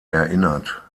erinnert